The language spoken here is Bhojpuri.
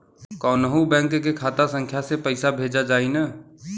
कौन्हू बैंक के खाता संख्या से पैसा भेजा जाई न?